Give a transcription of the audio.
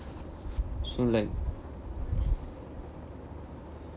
so like